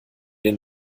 den